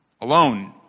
alone